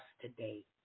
today